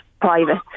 private